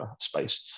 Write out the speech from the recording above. space